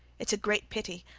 it's a great pity.